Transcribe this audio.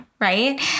right